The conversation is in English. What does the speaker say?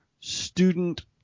student